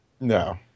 No